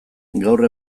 gaur